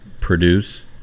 produce